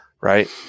right